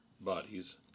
bodies